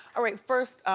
alright first,